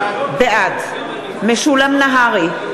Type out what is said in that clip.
בעד משולם נהרי,